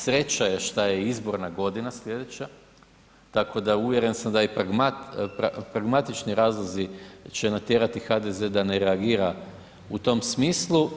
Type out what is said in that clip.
Sreća je što je izborna godina sljedeća, tako da uvjeren sam da i pragmatični razlozi će natjerati HDZ da ne reagira u tom smislu.